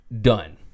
done